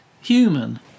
human